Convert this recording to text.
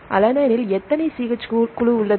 அலனினில் எத்தனை CH3 குழு உள்ளது